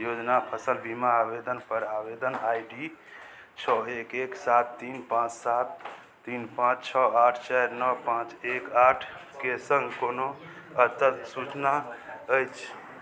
योजना फसल बीमा आवेदनपर आवेदन आइ डी छओ एक एक सात तीन पाँच सात तीन पाँच छओ आठ चारि नओ पाँच एक आठके सङ्ग कोनो अद्यतन सूचना अछि